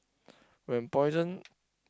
when poison